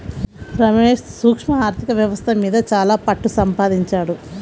రమేష్ సూక్ష్మ ఆర్ధిక వ్యవస్థ మీద చాలా పట్టుసంపాదించాడు